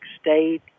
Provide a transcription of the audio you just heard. State